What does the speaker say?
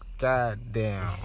goddamn